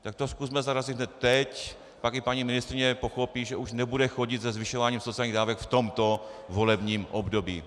Tak to zkusme zarazit hned teď, pak i paní ministryně pochopí, že už nebude chodit se zvyšováním sociálních dávek v tomto volebním období.